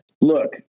Look